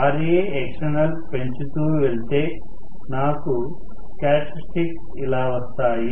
Raextపెంచుతూ వెళ్తే నాకు characteristics ఇలా వస్తాయి